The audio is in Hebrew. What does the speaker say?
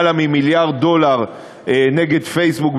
ממיליארד דולר נגד פייסבוק בארצות-הברית,